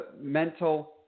mental